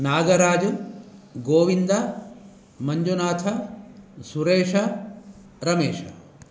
नागराजु गोविन्दः मञ्जुनाथः सुरेशः रमेशः